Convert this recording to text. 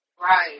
right